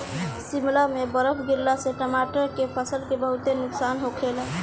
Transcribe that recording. शिमला में बरफ गिरला से टमाटर के फसल के बहुते नुकसान होखेला